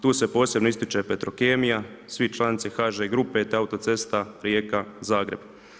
Tu se posebno ističe Petrokemija, svi članice HŽ grupe, te Autocesta Rijeka-Zagreb.